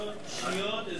בחירות אישיות אזוריות.